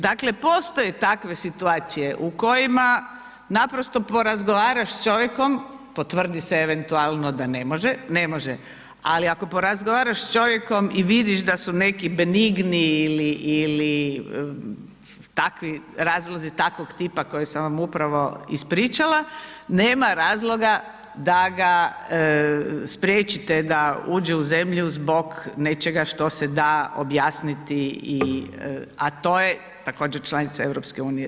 Dakle, postoje takve situacije u kojima naprosto porazgovaraš s čovjekom, potvrdi se eventualno da ne može, ali ako porazgovaraš s čovjekom i vidiš da su neki benigni ili takvi razlozi takvog tipa koje sam upravo ispričala, nema razloga da ga spriječite da uđe u zemlju zbog nečega što se da objasniti a to je također članica EU-a.